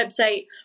website